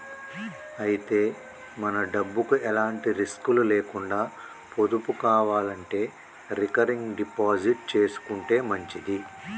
అయితే మన డబ్బుకు ఎలాంటి రిస్కులు లేకుండా పొదుపు కావాలంటే రికరింగ్ డిపాజిట్ చేసుకుంటే మంచిది